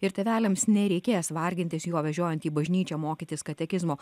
ir tėveliams nereikės vargintis jo vežiojant į bažnyčią mokytis katekizmo